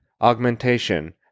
augmentation